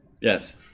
Yes